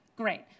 Great